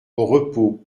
repos